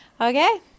Okay